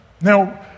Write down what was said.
Now